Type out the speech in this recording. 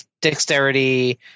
dexterity